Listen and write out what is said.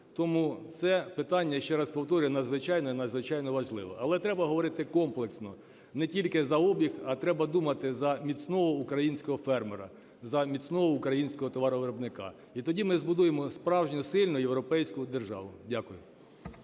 Тому це питання, ще раз повторюю, надзвичайно і надзвичайно важливе. Але треба говорити комплексно, не тільки за обіг. А треба думати за міцного українського фермера, за міцного українського товаровиробника. І тоді ми збудуємо справжню сильну європейську державу. Дякую.